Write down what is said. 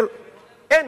ואין.